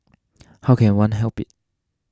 how can one help it